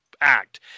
act